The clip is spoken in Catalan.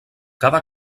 cada